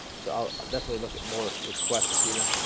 so i'll definitely look at more requests here